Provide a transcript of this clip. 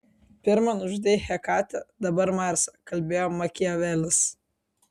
pirma nužudei hekatę dabar marsą kalbėjo makiavelis